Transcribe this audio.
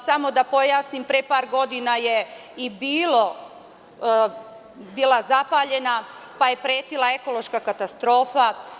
Samo da pojasnim, pre par godina je i zapaljena, pa je pretila ekološka katastrofa.